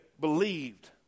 believed